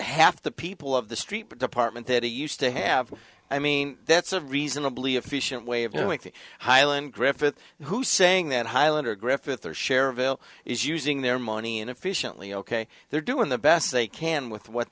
half the people of the street department that he used to have i mean that's a reasonably efficient way of doing things hyland griffith who's saying that hylander griffith their share of ill is using their money and efficiently ok they're doing the best they can with what